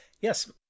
Yes